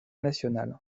national